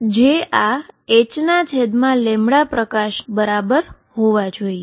જે આ h પ્રકાશના બમણા બરાબર હોવા જોઈએ